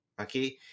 okay